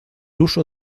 uso